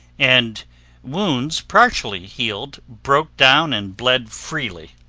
and wounds partially healed broke down and bled freely.